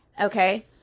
Okay